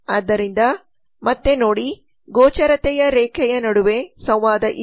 ಆದ್ದರಿಂದ ಮತ್ತೆ ನೋಡಿ ಗೋಚರತೆಯ ರೇಖೆಯ ನಡುವೆ ಸಂವಾದ ಇದೆ